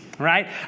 right